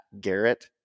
Garrett